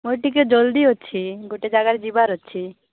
ଭାଇ ଟିକେ ଜଲ୍ଦି ଅଛି ଗୋଟେ ଜାଗାରେ ଯିବାର ଅଛି